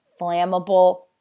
flammable